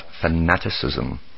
fanaticism